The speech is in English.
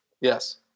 Yes